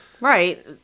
Right